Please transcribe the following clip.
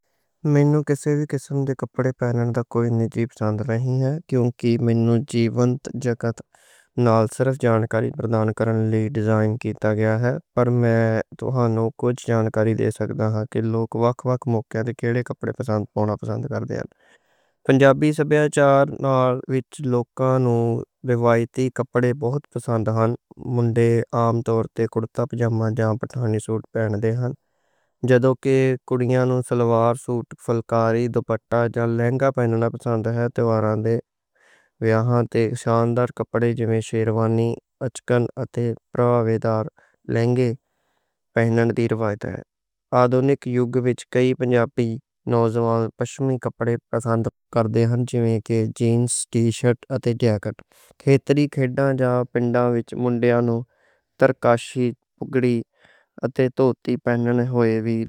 میں کسی خاص سٹائل نوں ترجیح نہیں دیندا۔ کیونکہ میں توہانوں عمومی جانکاری دین لئی حاضر ہاں، اس لئی میں صرف ایہہ دساں گا کہ لوک وکھ وکھ موقعیاں تے وکھرے کپڑے پہن دے ہن۔ پنجابی سبھیاچار وچ روایتی لباس، جیونیں کرتا پاجامہ تے سالوار کمیض، بہت عام ہن۔ اجکل کئی پنجابی نوجوان ویسٹرن کپڑے وی پہن دے ہن، مثلاً جینز تے ٹی شرٹ، سویٹر یا جیکٹ۔ پروفیشنل ماحول وچ فارمل لباس مناسب ہوندا، تے کیژول موقعیاں لئی کیژول سٹائل چنگا لگدا۔